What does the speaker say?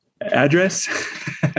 Address